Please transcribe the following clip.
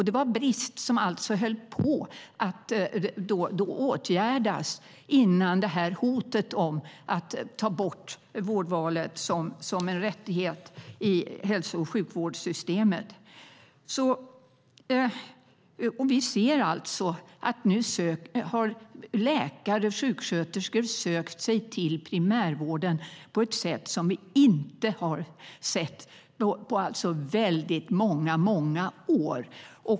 Det var brister som höll på att åtgärdas före hotet om att ta bort vårdvalet som en rättighet i hälso och sjukvårdssystemet. Vi ser att läkare och sjuksköterskor har sökt sig till primärvården på ett sätt som vi inte har sett på väldigt många år.